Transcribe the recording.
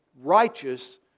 righteous